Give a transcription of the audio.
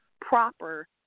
proper